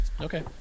Okay